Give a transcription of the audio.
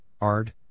Ard